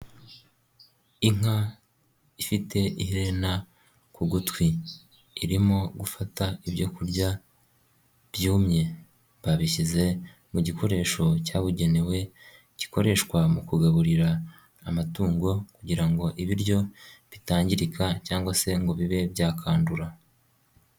Inka ifite iheena ku gutwi irimo gufata ibyo kurya byumye babishyize mu gikoresho cyabugenewe gikoreshwa mu kugaburira amatungo kugira ngo ibiryo bitangirika cyangwa se ngo bibe byakandura.